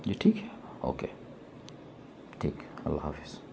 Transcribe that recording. جی ٹھیک ہے اوکے ٹھیک ہے اللہ حافظ